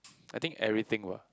I think everything what